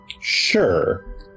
Sure